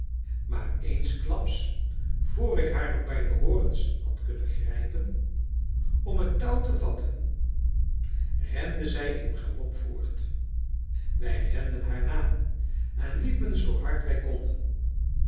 maar eensklaps vr ik haar nog bij de horens had kunnen grijpen om het touw te vatten rende zij in galop voort wij renden haar na en liepen zoo hard wij konden